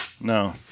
No